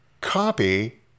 copy